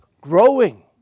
growing